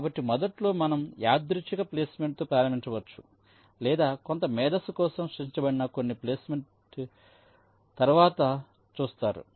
కాబట్టి మొదట్లో మనం యాదృచ్ఛిక ప్లేస్మెంట్తో ప్రారంభించవచ్చు లేదా కొంత మేధస్సు కోసం సృష్టించబడిన కొన్ని ప్లేస్మెంట్ తరువాత చూస్తారు